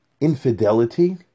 infidelity